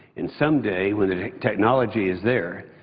and someday when the technology is there,